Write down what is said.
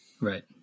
Right